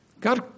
God